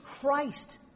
Christ